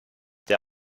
der